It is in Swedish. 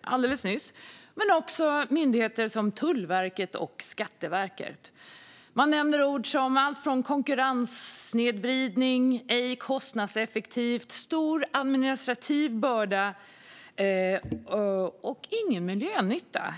alldeles nyss ett mejl från Postnord - samt från myndigheter som Tullverket och Skatteverket. Ord som konkurrenssnedvridning används. Det talas också om att detta ej är kostnadseffektivt, att det innebär stor administrativ börda och att det inte innebär någon miljönytta.